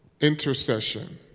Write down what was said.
intercession